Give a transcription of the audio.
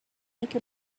make